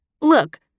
Look